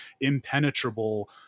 impenetrable